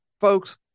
folks